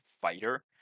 fighter